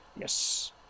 Yes